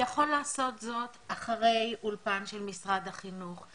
יכול לעשות זאת אחרי אולפן של משרד החינוך,